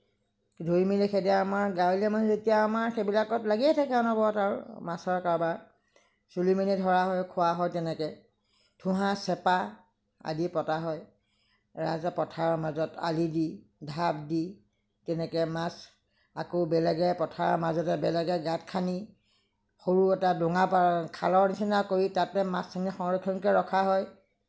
ধৰি মেলি সেইদৰে আমাৰ গাঁৱলীয়া মানুহ যেতিয়া আৰু আমাৰ সেইবিলাকত লাগিয়েই থাকে অনবৰত আৰু আমাৰ মাছৰ কাৰবাৰ তুলি মেলি ধৰা হয় খোৱা হয় তেনেকৈ থোহা চেপা আদি পতা হয় ৰাইজে পথাৰৰ মাজত আলি দি ঢাপ দি তেনেকৈ মাছ আকৌ বেলেগে পথাৰৰ মাজতে বেলেগে গাঁত খান্দি সৰু এটা ডোঙা খালৰ নিচিনা কৰি তাতে মাছখিনি সংৰক্ষণ কৰি ৰখা হয়